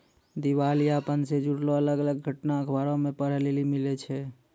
दिबालियापन से जुड़लो अलग अलग घटना अखबारो मे पढ़ै लेली मिलै छै